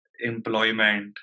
Employment